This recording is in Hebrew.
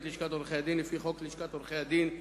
לשכת עורכי-הדין לפי חוק לשכת עורכי-הדין,